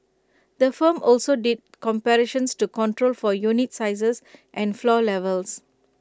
the firm also did comparisons to control for unit sizes and floor levels